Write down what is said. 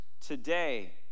Today